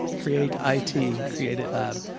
create i t. create it lab.